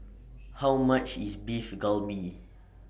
How much IS Beef Galbi